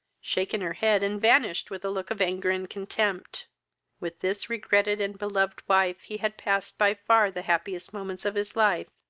shaken her head, and vanished with a look of anger and contempt with this regretted and beloved wife he had passed by far the happiest moments of his life.